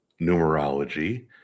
numerology